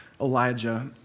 Elijah